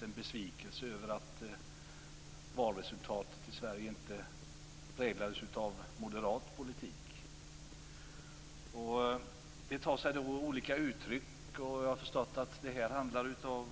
De är besvikna över att valresultatet inte präglades av moderat politik. Det tar sig olika uttryck, och jag har förstått att de i detta fall